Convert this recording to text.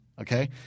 Okay